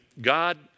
God